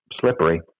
slippery